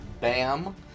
Bam